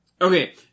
Okay